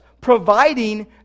providing